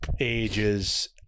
ages